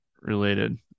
related